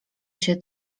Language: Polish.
się